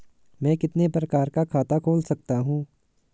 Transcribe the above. मैं कितने प्रकार का खाता खोल सकता हूँ?